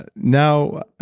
but now,